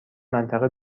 منطقه